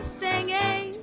singing